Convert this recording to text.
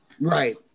right